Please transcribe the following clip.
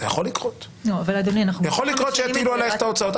יכול לקרות שיטילו עלייך את ההוצאות.